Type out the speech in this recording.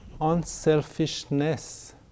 unselfishness